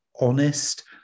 honest